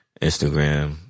Instagram